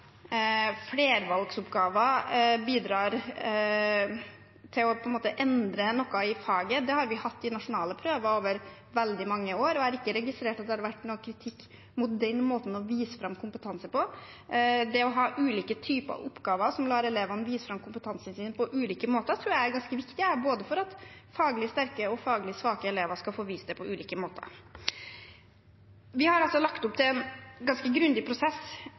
bidrar til å endre noe i faget. Det har vi hatt i nasjonale prøver over veldig mange år, og jeg har ikke registrert at det har vært noen kritikk mot den måten å vise fram kompetanse på. Det å ha ulike typer oppgaver som lar elevene vise fram kompetansen sin på ulike måter, tror jeg er ganske viktig for at både faglig sterke og faglig svake elever skal få vist seg på ulike måter. Vi har altså lagt opp til en ganske grundig prosess